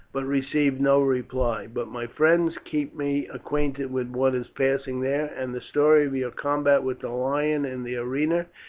but received no reply but my friends keep me acquainted with what is passing there, and the story of your combat with the lion in the arena,